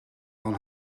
van